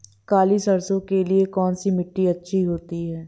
काली सरसो के लिए कौन सी मिट्टी अच्छी होती है?